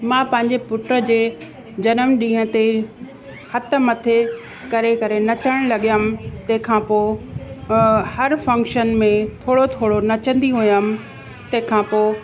मां पंहिंजे पुट जे जनम ॾींहं ते हथ मथे करे करे नचणु लॻियमि तंहिंखां पोइ हर फ़ंक्शन में थोरो थोरो नचंदी हुयमि तंहिंखां पोइ